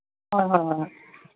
ꯍꯣꯏ ꯍꯣꯏ ꯍꯣꯏ ꯍꯣꯏ